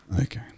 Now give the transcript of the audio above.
Okay